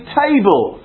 table